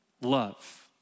love